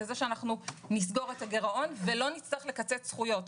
לכך שאנחנו נסגור את הגירעון ולא נצטרך לקצץ זכויות.